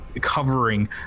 covering